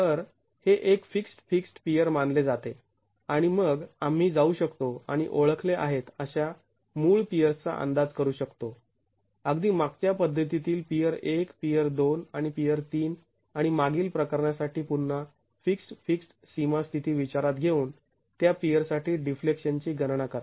तर हे एक फिक्स्ड् फिक्स्ड् पियर मानले जाते आणि मग आम्ही जाऊ शकतो आणि ओळखले आहेत अशा मूळ पियर्स चा अंदाज करू शकतो अगदी मागच्या पद्धतीतील पियर १ पियर २ आणि पियर ३ आणि मागील प्रकरणासाठी पुन्हा फिक्स्ड् फिक्स्ड् सीमा स्थिती विचारात घेऊन त्या पियर साठी डिफ्लेक्शनची गणना करा